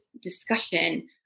discussion